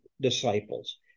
disciples